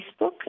Facebook